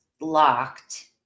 locked